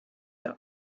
are